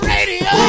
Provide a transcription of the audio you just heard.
Radio